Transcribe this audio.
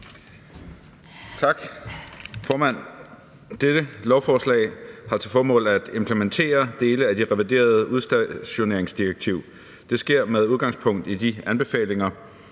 Tak, formand. Dette lovforslag har til formål at implementere det reviderede udstationeringsdirektiv. Det sker med udgangspunkt i de anbefalinger,